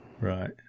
right